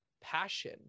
passion